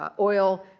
ah oil.